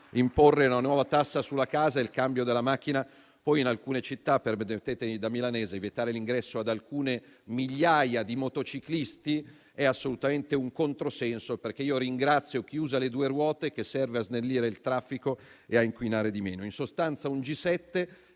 imporre una nuova tassa sulla casa e il cambio della macchina; poi in alcune città - permettetemelo, da milanese - vietare l'ingresso ad alcune migliaia di motociclisti è assolutamente un controsenso: ringrazio infatti chi usa le due ruote, perché contribuisce a snellire il traffico e inquinare di meno. In sostanza,